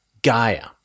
Gaia